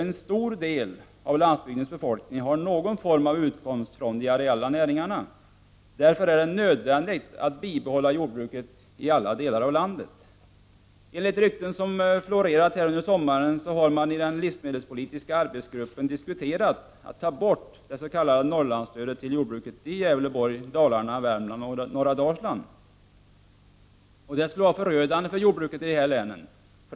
En stor del av landsbygdens befolkning har någon form av utkomst från de areella näringarna. Därför är det nödvändigt att bibehålla jordbruket i alla delar av landet. Enligt rykten som florerat under sommaren har man i den livsmedelspolitiska arbetsgruppen diskuterat att ta bort det s.k. Norrlandsstödet till jordbruket i Gävleborg, Dalarna, Värmland och norra Dalsland. Det skulle vara förödande för jordbruket i dessa län.